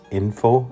info